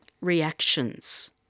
reactions